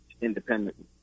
independently